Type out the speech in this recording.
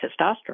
testosterone